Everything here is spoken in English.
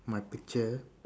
my picture